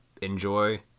enjoy